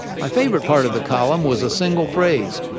my favorite part of the column was a single phrase,